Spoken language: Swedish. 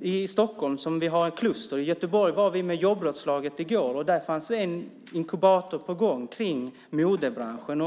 i Stockholm som vi har kluster. I Göteborg var vi med jobbrådslaget i går. Där fanns en inkubator på gång kring modebranschen.